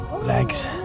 legs